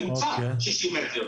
ממוצע 60 מטר.